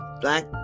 black